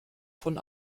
von